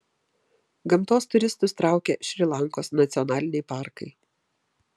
gamtos turistus traukia šri lankos nacionaliniai parkai